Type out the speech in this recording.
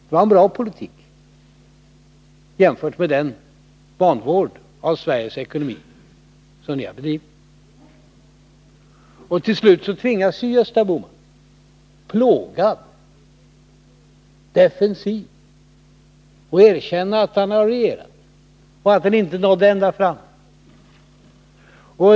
Det var en bra politik, jämfört med den vanvård av Sveriges ekonomi som ni har bedrivit. Till slut tvingas Gösta Bohman, plågat och defensivt, erkänna att han har regerat och att han inte nådde ända fram.